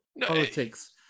politics